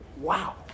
Wow